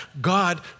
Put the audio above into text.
God